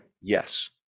Yes